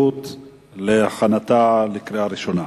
בעד, אין מתנגדים, אין נמנעים.